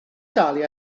dalu